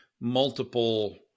multiple